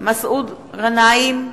מסעוד גנאים,